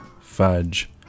fudge